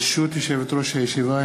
ברשות יושבת-ראש הישיבה,